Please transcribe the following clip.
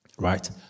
right